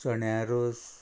चण्या रोस